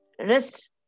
rest